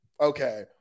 Okay